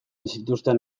zituzten